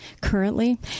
Currently